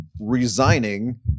resigning